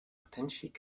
potentially